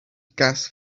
gas